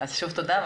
שוב תודה.